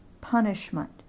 punishment